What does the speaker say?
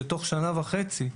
שתוך שנה וחצי,